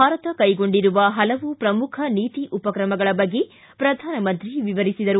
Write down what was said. ಭಾರತ ಕೈಗೊಂಡಿರುವ ಹಲವು ಪ್ರಮುಖ ನೀತಿ ಉಪ್ರಕಮಗಳ ಬಗ್ಗೆ ಪ್ರಧಾನಂತ್ರಿ ವಿವರಿಸಿದರು